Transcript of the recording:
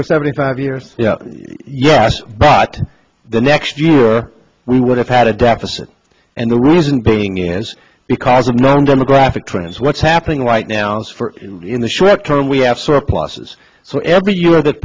seventy five years yes but the next year we would have had a deficit and the reason being is because of non demographic trends what's happening right now in the short term we have surpluses so every year that